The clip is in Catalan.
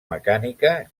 mecànica